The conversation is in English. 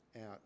out